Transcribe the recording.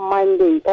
Monday